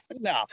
No